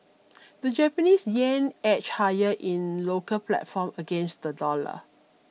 the Japanese yen edged higher in local platform against the dollar